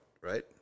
right